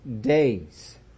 days